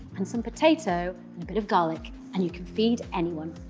and some potato and a bit of garlic, and you can feed anyone.